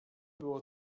było